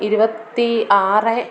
ഇരുപത്തി ആറ്